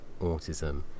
autism